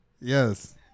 yes